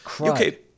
Okay